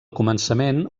començament